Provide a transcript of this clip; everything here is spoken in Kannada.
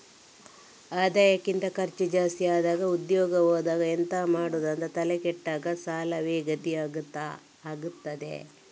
ಆದಾಯಕ್ಕಿಂತ ಖರ್ಚು ಜಾಸ್ತಿ ಆದಾಗ ಉದ್ಯೋಗ ಹೋದಾಗ ಎಂತ ಮಾಡುದು ಅಂತ ತಲೆ ಕೆಟ್ಟಾಗ ಸಾಲವೇ ಗತಿ ಆಗ್ತದೆ